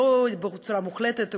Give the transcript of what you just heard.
לא בצורה מוחלטת,